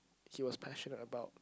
he was passionate about